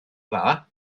dda